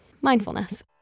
Mindfulness